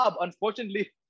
Unfortunately